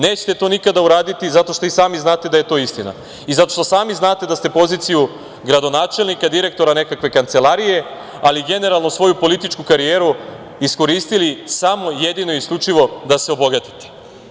Nećete to nikada uraditi zato što i sami znate da je to istina i zato što sami znate da ste poziciju gradonačelnika, direktora nekakve kancelarije, ali generalno svoju političku karijeru iskoristili samo, jedino i isključivo da se obogatite.